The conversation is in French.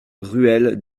ruelle